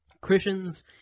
Christians